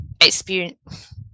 experience